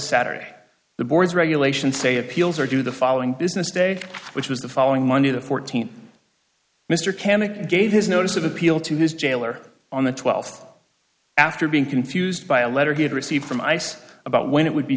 saturday the board's regulations say appeals or do the following business stage which was the following monday the fourteenth mr cameco gave his notice of appeal to his jailer on the twelfth after being confused by a letter he had received from ice about when it would be